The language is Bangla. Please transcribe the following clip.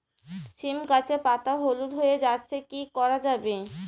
সীম গাছের পাতা হলুদ হয়ে যাচ্ছে কি করা যাবে?